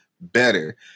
better